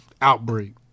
outbreak